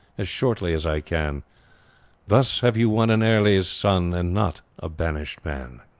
as shortly as i can thus have you won an erly's son, and not a banished man.